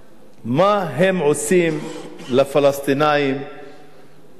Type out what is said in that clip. מה הם עושים לפלסטינים בסביבתם?